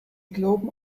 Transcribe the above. glauben